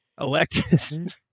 elected